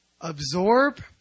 Absorb